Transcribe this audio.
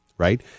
right